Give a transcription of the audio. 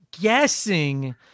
guessing